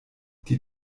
die